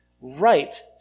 right